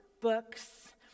books